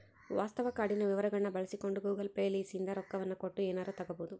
ವಾಸ್ತವ ಕಾರ್ಡಿನ ವಿವರಗಳ್ನ ಬಳಸಿಕೊಂಡು ಗೂಗಲ್ ಪೇ ಲಿಸಿಂದ ರೊಕ್ಕವನ್ನ ಕೊಟ್ಟು ಎನಾರ ತಗಬೊದು